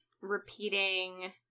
repeating